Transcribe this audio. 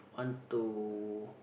want to